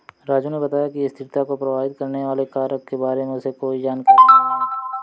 राजू ने बताया कि स्थिरता को प्रभावित करने वाले कारक के बारे में उसे कोई जानकारी नहीं है